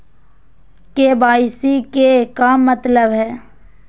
KYC के का मतलब हई?